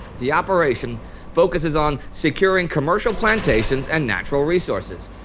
the operation focuses on securing commercial plantations and natural resources.